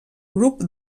grup